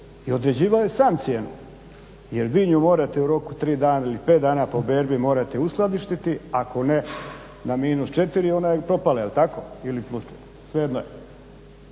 i određivao je sam cijenu. Jer vi nju morate u roku od 3 dana ili 5 dana po berbi morate uskladištiti ako ne na minus 4 ona je propala je li tako, ili plus 4, svejedno je.